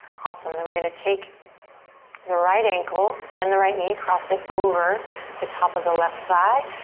awesome, then we're gonna take the right ankle, bend the right knee, cross it over the top of the left thigh,